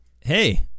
Hey-